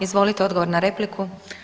Izvolite odgovor na repliku.